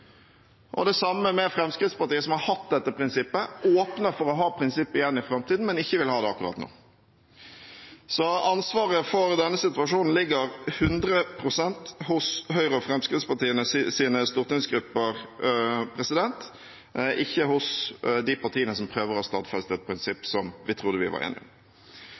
Det samme gjelder Fremskrittspartiet, som har hatt dette prinsippet og åpner for å ha prinsippet igjen i framtiden, men som ikke vil ha det akkurat nå. Så ansvaret for denne situasjonen ligger 100 pst. hos Høyres og Fremskrittspartiets stortingsgrupper, ikke hos de partiene som prøver å stadfeste et prinsipp som vi trodde vi var enige om.